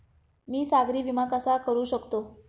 मी सागरी विमा कसा करू शकतो?